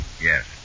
Yes